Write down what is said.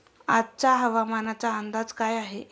आजचा हवामानाचा अंदाज काय आहे?